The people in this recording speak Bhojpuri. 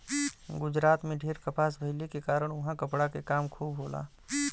गुजरात में ढेर कपास भइले के कारण उहाँ कपड़ा के काम खूब होला